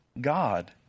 God